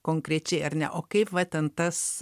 konkrečiai ar ne o kaip va ten tas